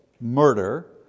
murder